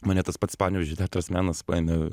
mane tas pats panevėžio teatras menas paėmė